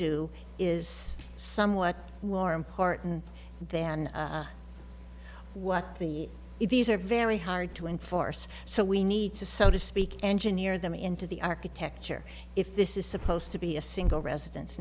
do is somewhat war important then what the if these are very hard to enforce so we need to so to speak engineer them into the architecture if this is supposed to be a single residen